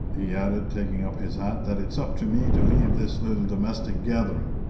he added, taking up his hat, that it's up to me to leave this little domestic gathering.